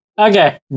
Okay